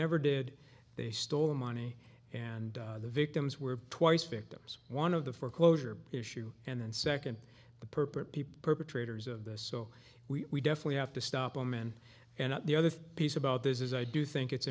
never did they stole the money and the victims were twice victims one of the foreclosure issue and second the purpose people perpetrators of this so we definitely have to stop women and the other piece about this is i do think it's